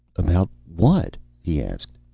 about what? he asked.